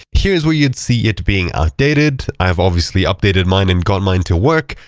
here is where you'd see it being outdated. i have obviously updated mine and got mine to work.